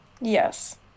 yes